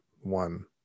one